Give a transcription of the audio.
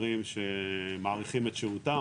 תיירים שמאריכים את שירותם,